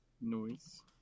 noise